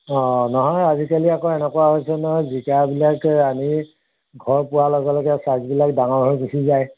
অঁ নহয় আজিকালি আকৌ এনেকুৱা হৈছে নহয জিকাবিলাক আনি ঘৰ পোৱাৰ লগে লগে ছাইজবিলাক ডাঙৰ হৈ গুচি যায়